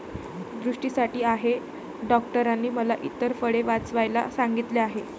दृष्टीसाठी आहे डॉक्टरांनी मला इतर फळे वाचवायला सांगितले आहे